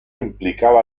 implicaba